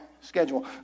schedule